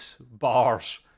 bars